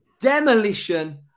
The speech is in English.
demolition